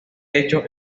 hecho